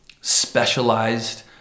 specialized